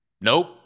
Nope